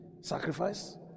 sacrifice